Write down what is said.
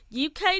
UK